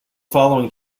following